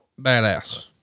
badass